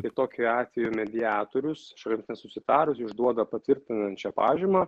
tai tokiu atveju mediatorius šalims nesusitarus išduoda patvirtinančią pažymą